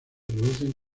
producen